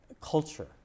culture